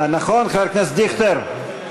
נכון, חבר הכנסת דיכטר?